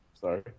Sorry